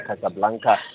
Casablanca